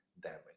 damage